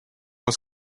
was